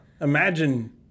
Imagine